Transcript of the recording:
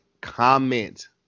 comment